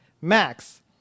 Max